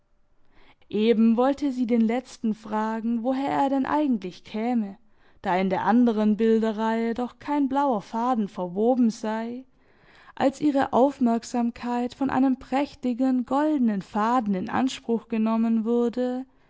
eben wollte sie den letzten fragen woher er denn eigentlich käme da in der anderen bilderreihe doch kein blauer faden verwoben sei als ihre aufmerksamkeit von einem prächtigen goldenen faden in anspruch genommen wurde